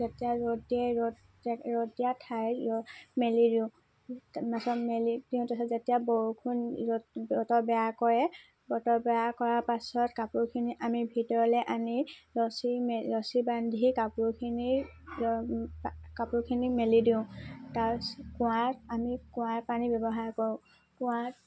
যেতিয়া ৰ'দ দিয়ে ৰ'দ যে ৰ'দ দিয়া ঠাইত ৰ মেলি দিওঁ এনেকৈ মেলি তাৰপিছত যেতিয়া বৰষুণ ৰ'দ বতৰ বেয়া কৰে বতৰ বেয়া কৰা পাছত কাপোৰখিনি আমি ভিতৰলৈ আনি ৰছী মেলি ৰছী বান্ধি কাপোৰখিনি কাপোৰখিনি মেলি দিওঁ তাৰপিছত কুঁৱাৰ আমি কুঁৱাৰ পানী ব্যৱহাৰ কৰোঁ কুৱাত